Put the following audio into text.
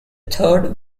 third